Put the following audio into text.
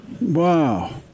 Wow